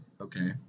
okay